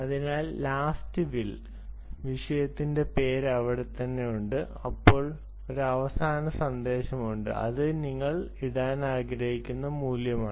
അതിനാൽ ലാസ്റ് വിൽ വിഷയത്തിന്റെ പേര് അവിടെയുണ്ട് അപ്പോൾ ഒരു അവസാന സന്ദേശമുണ്ട് അത് നിങ്ങൾ ഇടാൻ ആഗ്രഹിക്കുന്ന മൂല്യമാണ്